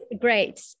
great